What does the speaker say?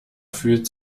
fühlt